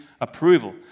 approval